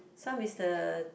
some is the